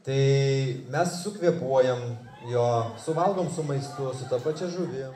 tai mes sukvėpuojam jo suvalgom su maistu su ta pačia žuvim